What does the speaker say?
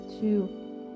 two